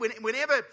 Whenever